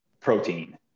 protein